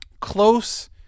close